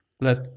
Let